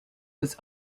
was